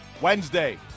Wednesday